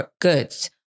goods